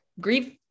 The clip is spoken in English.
grief